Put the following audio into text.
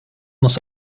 muss